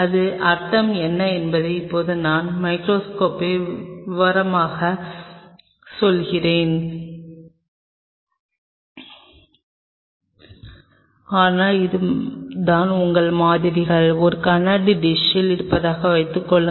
இதன் அர்த்தம் என்ன என்பதை இப்போது நான் மைகிரோஸ்கோப்பை விவரமாகப் பெறுகிறேன் ஆனால் அதுதான் உங்கள் மாதிரிகள் ஒரு கண்ணாடி டிஷில் இருப்பதாக வைத்துக்கொள்வோம்